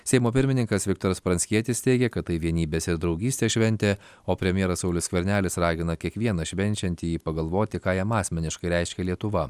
seimo pirmininkas viktoras pranckietis teigia kad tai vienybės ir draugystės šventė o premjeras saulius skvernelis ragina kiekvieną švenčiantįjį pagalvoti ką jam asmeniškai reiškia lietuva